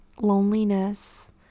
loneliness